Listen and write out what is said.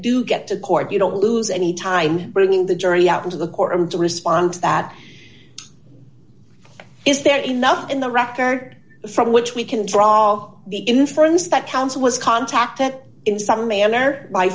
do get to court you don't lose any time bringing the jury out into the courtroom to respond to that is there enough in the record from which we can draw the inference that council was contacted in some manner